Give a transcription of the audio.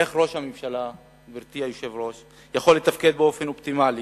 איך ראש הממשלה יכול לתפקד באופן אופטימלי